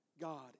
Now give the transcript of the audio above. God